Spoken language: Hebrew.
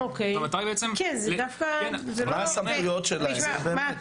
מה הסמכויות שלהם?